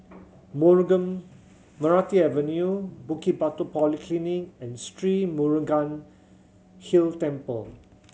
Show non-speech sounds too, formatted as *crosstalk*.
*unintelligible* Meranti Avenue Bukit Batok Polyclinic and Sri Murugan Hill Temple